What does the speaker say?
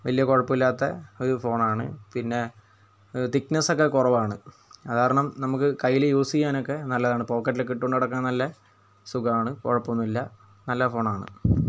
വലിയ കുഴപ്പമില്ലാത്ത ഒരു ഫോണാണ് പിന്നെ തിക്ക്നെസ്സ് ഒക്കെ കുറവാണ് അതുകാരണം നമുക്ക് കയ്യിൽ യൂസ് ചെയ്യാനൊക്കെ നല്ലതാണ് പോക്കറ്റിലൊക്കെ ഇട്ടുകൊണ്ട് നടക്കാന് നല്ല സുഖമാണ് കുഴപ്പമൊന്നുമില്ല നല്ല ഫോണാണ്